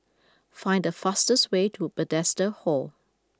find the fastest way to Bethesda Hall